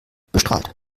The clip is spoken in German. bestrahlt